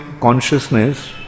consciousness